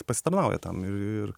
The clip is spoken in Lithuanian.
pasitarnauja tam ir